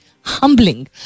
humbling